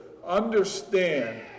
understand